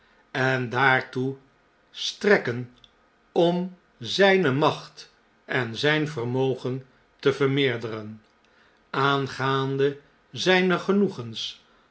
en daartoe strekken om zijne macht en zijn vermogen te vermeerderen aangaande zijne genoegens